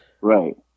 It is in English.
Right